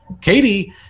Katie